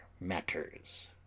matters